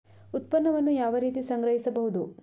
ಉತ್ಪನ್ನವನ್ನು ಯಾವ ರೀತಿ ಸಂಗ್ರಹಿಸಬಹುದು?